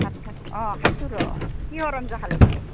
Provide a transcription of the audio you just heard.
ভাত অঁ খাইছোঁ ৰ'হ কিহৰ আঞ্জা খালিতে